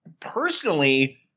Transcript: Personally